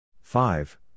Five